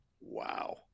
Wow